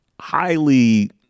highly